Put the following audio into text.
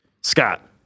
Scott